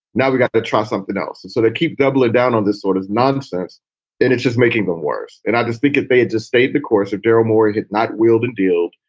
now we've got to try something else. and so they keep doubling down on this sort of nonsense and it's just making them worse and i just think if they had just stayed the course of daryl morey not wielding deal,